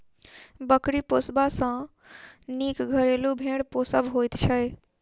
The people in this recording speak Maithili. बकरी पोसबा सॅ नीक घरेलू भेंड़ पोसब होइत छै